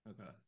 Okay